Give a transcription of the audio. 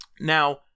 Now